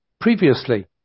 previously